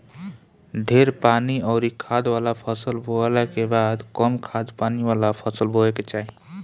ढेर पानी अउरी खाद वाला फसल बोअला के बाद कम खाद पानी वाला फसल बोए के चाही